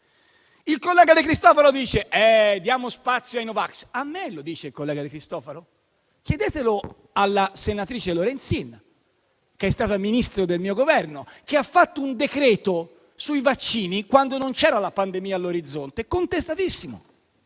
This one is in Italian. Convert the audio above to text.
Il collega De Cristofaro dice che diamo spazio ai no vax. A me lo dice il collega De Cristofaro? Chiedetelo alla senatrice Lorenzin, che è stata Ministro del mio Governo, che ha fatto un decreto sui vaccini, quando non c'era la pandemia all'orizzonte, contestatissimo.